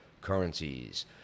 currencies